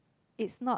it's not